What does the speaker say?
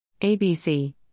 ABC